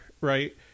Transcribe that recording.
right